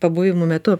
pabuvimo metu